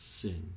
sin